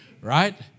right